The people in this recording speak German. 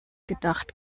gedacht